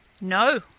No